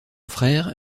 frère